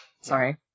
sorry